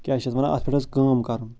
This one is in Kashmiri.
کیٛاہ چھِ یَتھ وَنان اَتھ پٮ۪ٹھ حظ کٲم کَرُن